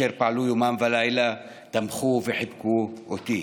אשר פעלו יומם ולילה, תמכו, וחיבקו אותי.